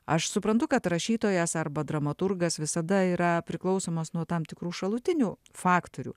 aš suprantu kad rašytojas arba dramaturgas visada yra priklausomas nuo tam tikrų šalutinių faktorių